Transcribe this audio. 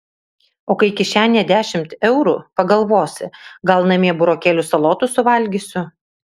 o kai kišenėje dešimt eurų pagalvosi gal namie burokėlių salotų suvalgysiu